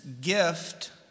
gift